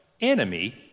enemy